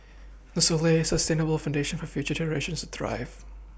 this will lay a sustainable foundation for future generations to thrive